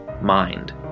mind